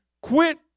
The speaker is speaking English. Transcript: quit